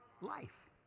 life